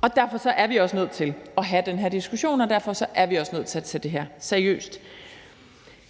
Og derfor er vi også nødt til at have den her diskussion, og derfor er vi også nødt til at tage det her seriøst.